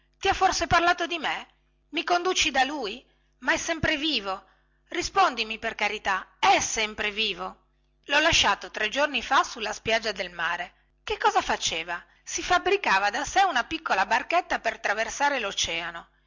ti ha forse parlato di me i conduci da lui ma è sempre vivo rispondimi per carità è sempre vivo lho lasciato tre giorni fa sulla spiaggia del mare che cosa faceva si fabbricava da sé una piccola barchetta per traversare